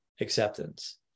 acceptance